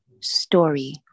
story